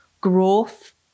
growth